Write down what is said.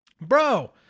Bro